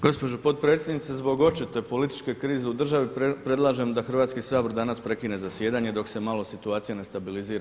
Gospođo potpredsjednice, zbog očite političke krize u državi predlaži da Hrvatski sabor danas prekine zasjedanje dok se malo situacija ne stabilizira.